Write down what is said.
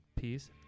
Peace